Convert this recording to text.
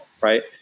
right